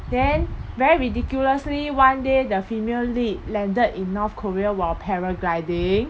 then very ridiculously one day the female lead landed in north korea while paragliding